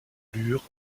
lure